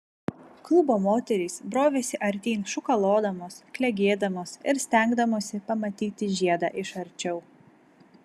klubo moterys brovėsi artyn šūkalodamos klegėdamos ir stengdamosi pamatyti žiedą iš arčiau